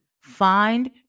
Find